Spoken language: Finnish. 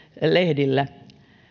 lehdillä